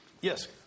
Yes